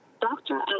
doctor